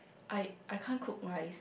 I I can't cook rice